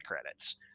credits